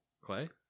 Clay